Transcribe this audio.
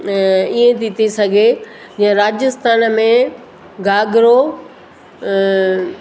ईअं थी थी सघे जीअं राजस्थान में घाघरो